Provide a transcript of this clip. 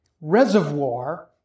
reservoir